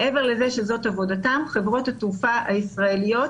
מעבר לזה שזאת עבודתם חברות התעופה הישראליות,